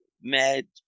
Mad